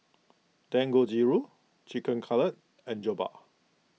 Dangojiru Chicken Cutlet and Jokbal